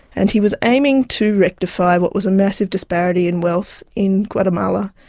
and he was aiming to rectify what was a massive disparity in wealth in guatemala,